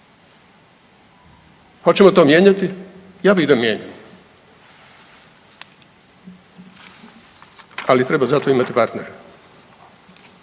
Hoćemo to mijenjati? Ja bi da mijenjamo, ali treba za to imati partnera.